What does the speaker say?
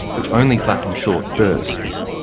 which only flap in short bursts.